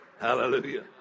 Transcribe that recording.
Hallelujah